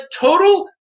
total